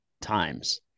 times